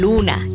Luna